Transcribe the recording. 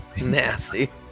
Nasty